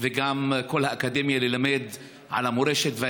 וגם את כל האקדמיה ללמד על המורשת ועל